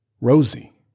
Rosie